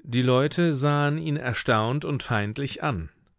die leute sahen ihn erstaunt und feindlich an